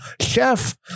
chef